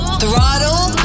throttle